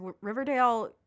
Riverdale